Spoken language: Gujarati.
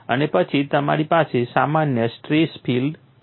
અને પછી તમારી પાસે સામાન્ય સ્ટ્રેસ ફીલ્ડ છે